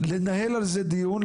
לנהל על זה דיון,